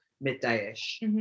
midday-ish